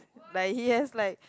like he has like